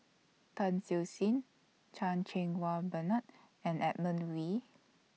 Tan Siew Sin Chan Cheng Wah Bernard and Edmund Wee